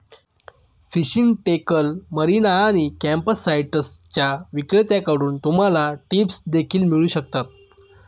fishing tackle, marina आणि कॅम्पसाइट्सच्या विक्रेत्यांकडून तुम्हाला टिप्स देखील मिळू शकतात